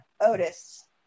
Otis